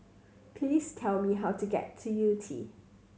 please tell me how to get to Yew Tee